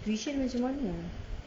tuition macam mana